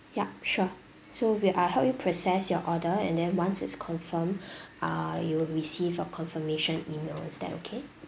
yup sure so we I'll help you process your order and then once it's confirmed uh you'll receive a confirmation email is that okay